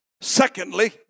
Secondly